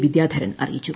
വിദ്യാധരൻ അറിയിച്ചു